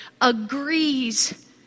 agrees